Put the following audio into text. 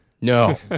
No